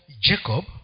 Jacob